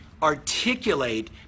articulate